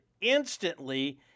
instantly